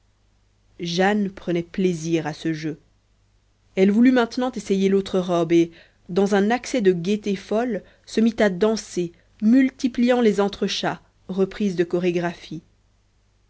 jane prenait plaisir à ce jeu elle voulut maintenant essayer l'autre robe et dans un accès de gaîté folle se mit à danser multipliant les entrechats reprise de chorégraphie